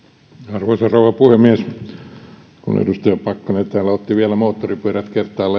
arvoisa rouva puhemies kun edustaja pakkanen täällä otti moottoripyörät vielä kertaalleen esiin nyt